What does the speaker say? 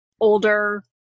older